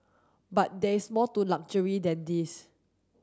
but there is more to luxury than these